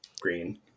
Green